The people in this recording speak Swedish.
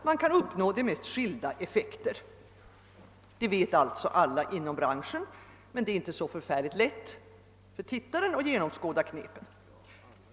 Man kan uppnå de mest skilda effekter.» Detta vet alltså alla inom branschen, men det är inte så lätt för tittarna att genomskåda knepen.